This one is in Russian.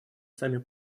сами